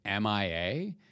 MIA